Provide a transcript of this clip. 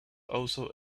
also